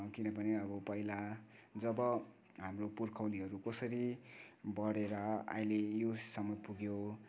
किनभने अब पहिला जब हाम्रो पुर्खौलीहरू कसरी बढेर अहिले योसम्म पुग्यो